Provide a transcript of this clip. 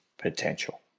potential